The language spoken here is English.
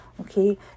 okay